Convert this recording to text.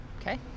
Okay